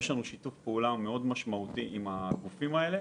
יש לנו שיתוף פעולה מאוד משמעותי עם הגופים האלה